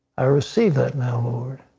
i receive that now, lord.